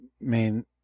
main